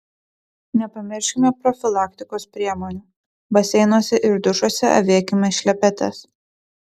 nepamirškime profilaktikos priemonių baseinuose ir dušuose avėkime šlepetes